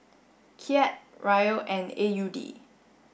Kyat Riel and A U D